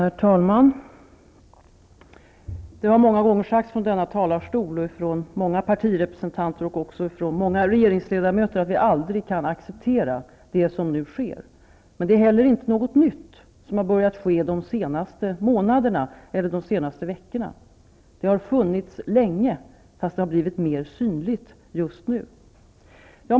Herr talman! Det har många gånger sagts från denna talarstol av många partirepresentanter och regeringsledamöter at vi aldrig kan acceptera det som nu sker. Men det är inte något nytt som har börjat ske de senaste veckorna eller de senaste månaderna. Det har funnits länge, fast det har blivit mer synligt just nu.